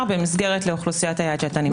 במסגרת לאוכלוסיית היעד שאתה נמצא בה.